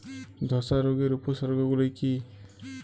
ধসা রোগের উপসর্গগুলি কি কি?